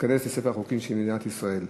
וייכנס לספר החוקים של מדינת ישראל.